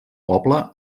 poble